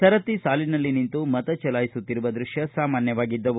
ಸರತಿ ಸಾಲಿನಲ್ಲಿ ನಿಂತು ಮತ ಚಲಾಯಿಸುತ್ತಿರುವ ದೃಶ್ಯ ಸಾಮಾನ್ಯವಾಗಿದ್ದವು